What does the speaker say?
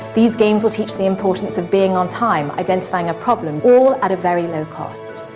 these games will teach the importance of being on time, identifying a problem, all at a very low cost.